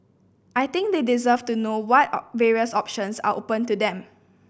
I think they deserve to know what various options are open to them